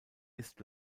ist